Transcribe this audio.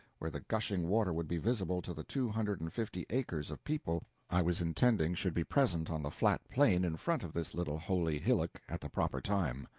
where the gushing water would be visible to the two hundred and fifty acres of people i was intending should be present on the flat plain in front of this little holy hillock at the proper time.